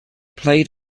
played